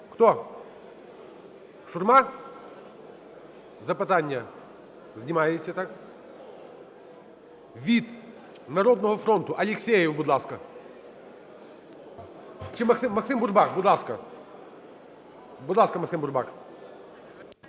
хто? Шурма? Запитання знімається, так? Від "Народного фронту" Алексєєв, будь ласка. Чи Максим… Максим Бурбак, будь ласка. Будь ласка, Максим Бурбак.